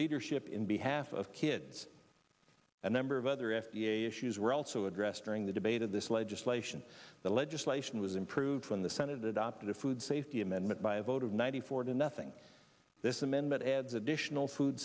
leadership in behalf of kids a number of other f d a issues were also addressed during the debate of this legislation that legislation was improved when the senate adopted a food safety amendment by a vote of ninety four to nothing this amendment adds additional food